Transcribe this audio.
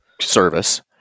service